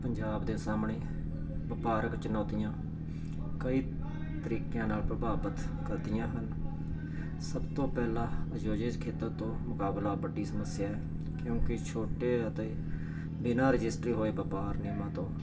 ਪੰਜਾਬ ਦੇ ਸਾਹਮਣੇ ਵਪਾਰਕ ਚੁਣੌਤੀਆਂ ਕਈ ਤਰੀਕਿਆਂ ਨਾਲ ਪ੍ਰਭਾਵਿਤ ਕਰਦੀਆਂ ਹਨ ਸਭ ਤੋਂ ਪਹਿਲਾਂ ਆਯੋਜਿਤ ਖੇਤਰ ਤੋਂ ਮੁਕਾਬਲਾ ਵੱਡੀ ਸਮੱਸਿਆ ਹੈ ਕਿਉਂਕਿ ਛੋਟੇ ਅਤੇ ਬਿਨਾਂ ਰਜਿਸਟਰੀ ਹੋਏ ਵਪਾਰ ਨਿਯਮਾਂ ਤੋਂ